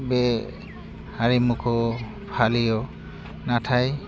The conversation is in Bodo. बे हारिमुखौ फालियो नाथाइ